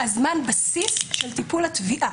זמן הבסיס של הטיפול בתביעה.